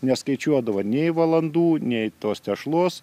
neskaičiuodavo nei valandų nei tos tešlos